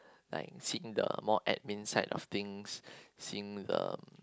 like seeing the more admin side of things seeing the